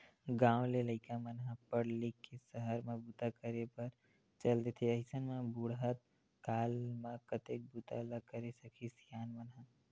गाँव के लइका मन ह पड़ लिख के सहर म बूता करे बर चल देथे अइसन म बुड़हत काल म कतेक बूता ल करे सकही सियान मन ह